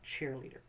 cheerleader